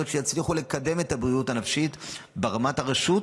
שיצליחו לקדם את הבריאות הנפשית ברמת הרשות